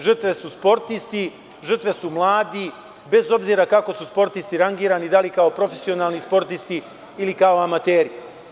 Žrtve su sportisti, žrtve su mladi, bez obzira kako su sportisti rangirani, da li kao profesionalni sportisti ili kao amateri.